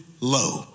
low